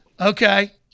Okay